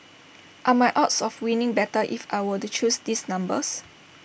are my odds of winning better if I were to choose these numbers